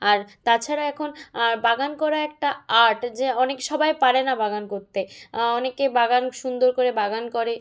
আর তাছাড়া এখন বাগান করা একটা আর্ট যে অনেক সবাই পারে না বাগান করতে অনেকে বাগান সুন্দর করে বাগান করে